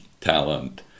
talent